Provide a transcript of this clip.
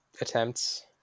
attempts